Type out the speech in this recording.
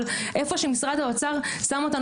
על איפה שמשרד האוצר שם אותנו,